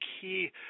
key